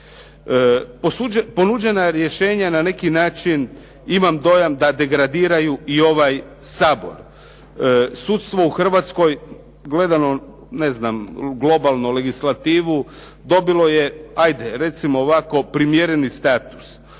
Ponuđena rješenja na neki način imam dojam da degradiraju i ovaj Sabor. Sudstvo u Hrvatskoj gledano ne znam u globalnu legislativu, dobilo je ajde recimo ovako, primjereni status.